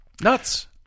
Nuts